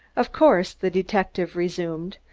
of course, the detective resumed,